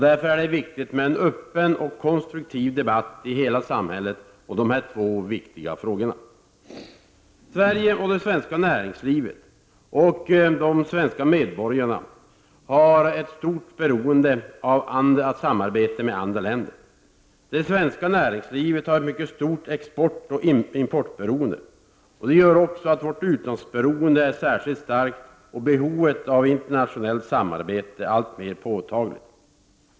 Därför är det viktigt med en öppen och konstruktiv debatt i hela samhället om dessa två viktiga frågor. Sverige och de svenska medborgarna har ett stort beroende av samarbete med andra länder. Det svenska näringslivet har ett mycket stort exportoch importberoende. Det gör vårt utlandsberoende särskilt starkt och behovet av internationellt samarbete alltmer påtagligt.